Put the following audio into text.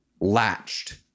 latched